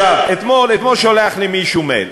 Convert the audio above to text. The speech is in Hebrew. אתמול שולח לי מישהו מייל,